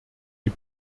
die